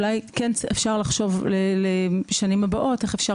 אולי כן אפשר לחשוב לשנים הבאות איך אפשר